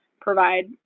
provide